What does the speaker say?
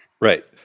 Right